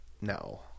No